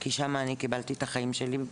כי שם אני קיבלתי את החיים שלי,